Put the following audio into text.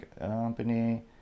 company